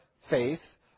faith